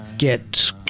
get